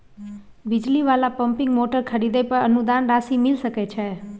बिजली वाला pumping motor खरीदे पर अनुदान राशि मिल सके छैय?